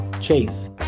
Chase